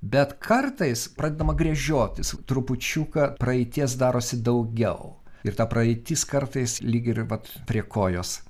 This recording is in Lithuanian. bet kartais pradedama gręžiotis trupučiuką praeities darosi daugiau ir ta praeitis kartais lyg ir vat prie kojos